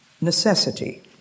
necessity